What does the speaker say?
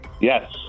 Yes